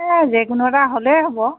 এই যিকোনো এটা হ'লেই হ'ব